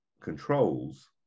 controls